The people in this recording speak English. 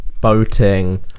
boating